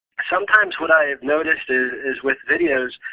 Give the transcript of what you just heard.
sometimes what i have noticed is is with videos,